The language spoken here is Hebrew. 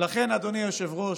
ולכן, אדוני היושב-ראש,